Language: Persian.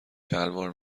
شلوار